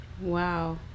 Wow